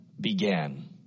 began